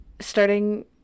starting